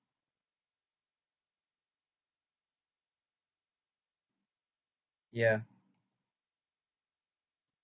ya